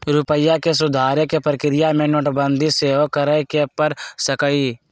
रूपइया के सुधारे कें प्रक्रिया में नोटबंदी सेहो करए के पर सकइय